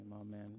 amen